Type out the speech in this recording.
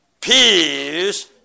peace